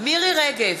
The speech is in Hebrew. מירי רגב,